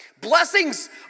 Blessings